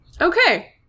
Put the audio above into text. Okay